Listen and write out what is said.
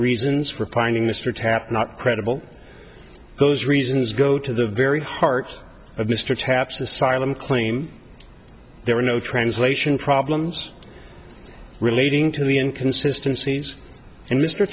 reasons for finding mr tapp not credible those reasons go to the very heart of mr taps asylum claim there were no translation problems relating to the in consistencies and mr